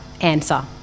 answer